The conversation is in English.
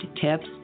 tips